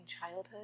childhood